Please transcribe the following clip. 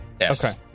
Yes